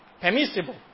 Permissible